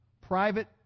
private